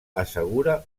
assegura